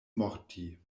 morti